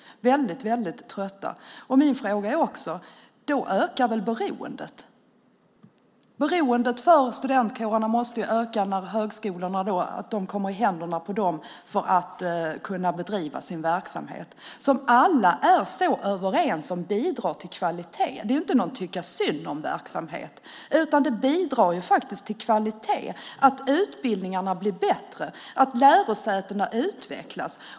Min fråga är också: Kommer inte beroendet att öka? Beroendet för studentkårerna måste väl öka när kårerna kommer i händerna på högskolorna för att kunna bedriva sin verksamhet. Alla är överens om att kårerna bidrar till kvaliteten. Det är inte någon tycka-synd-om-verksamhet. De bidrar till kvalitet och till att utbildningarna blir bättre och att lärosätena utvecklas.